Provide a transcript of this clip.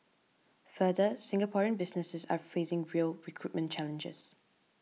further Singaporean businesses are facing real recruitment challenges